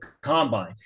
combine